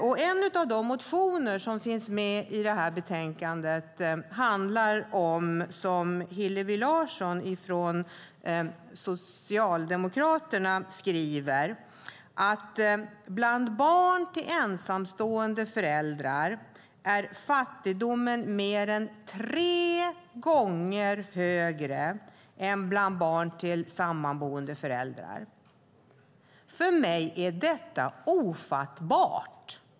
I en av de motioner som finns med i betänkandet skriver Hillevi Larsson från Socialdemokraterna: Bland barn till ensamstående föräldrar är fattigdomen mer än tre gånger högre än bland barn till sammanboende föräldrar. För mig är detta ofattbart.